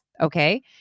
okay